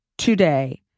today